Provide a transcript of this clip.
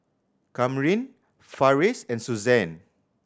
Kamryn Farris and Suzann